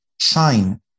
shine